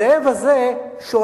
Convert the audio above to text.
הזאב הזה שואל